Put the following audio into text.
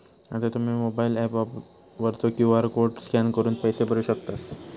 आता तुम्ही mobile app वरचो क्यू.आर कोड स्कॅन करून पैसे भरू शकतास